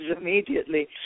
immediately